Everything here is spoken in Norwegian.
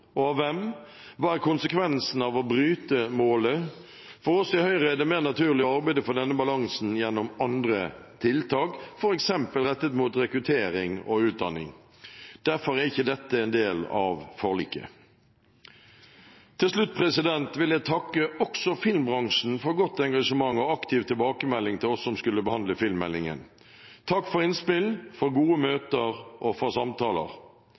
og av hvem? Hva er konsekvensen av å bryte målet? For oss i Høyre er det mer naturlig å arbeide for denne balansen gjennom andre tiltak, f.eks. rettet mot rekruttering og utdanning, og derfor er ikke dette en del av forliket. Til slutt vil jeg takke også filmbransjen for godt engasjement og aktiv tilbakemelding til oss som skulle behandle filmmeldingen. Takk for innspill, for gode møter og for samtaler.